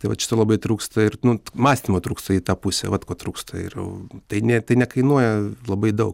tai vat šito labai trūksta ir nu mąstymo trūksta į tą pusę vat ko trūksta ir tai ne tai nekainuoja labai daug